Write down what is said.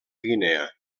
guinea